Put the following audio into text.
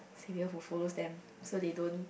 saviour who follow them so they don't